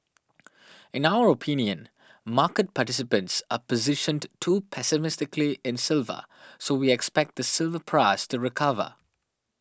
in our opinion market participants are positioned too pessimistically in silver so we expect the silver price to recover